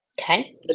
Okay